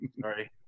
Sorry